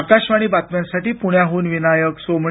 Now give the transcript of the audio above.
आकाशवाणी बातम्यांसाठी पुण्याहून विनायक सोमणी